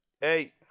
Hey